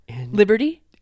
Liberty